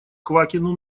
квакину